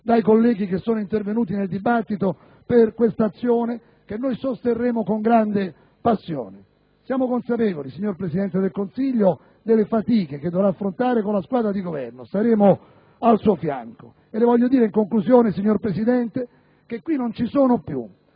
dai colleghi che sono intervenuti nel dibattito per questa azione che sosterremo con grande passione. Siamo consapevoli, signor Presidente del Consiglio, delle fatiche che dovrà affrontare con la squadra di Governo: saremo al suo fianco. Le voglio dire in conclusione, signor Presidente, che qui non ci sono più